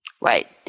Right